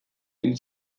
hil